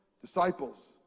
Disciples